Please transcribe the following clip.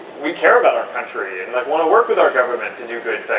we care about our country and but want to work with our government to do good